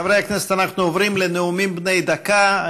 חברי הכנסת, אנחנו עוברים לנאומים בני דקה.